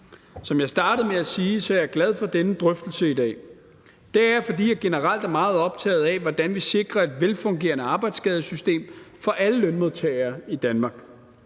Som jeg startede med at sige, er jeg er glad for denne drøftelse i dag. Det er jeg, fordi vi generelt er meget optaget af, hvordan vi sikrer et velfungerende arbejdsskadesystem for alle lønmodtagere i Danmark,